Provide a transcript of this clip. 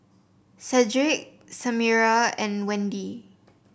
Cedric Samira and Wende